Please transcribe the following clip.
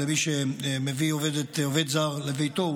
מי שמביא עובד זר לביתו,